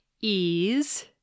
ease